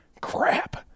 crap